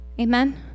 Amen